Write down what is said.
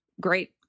great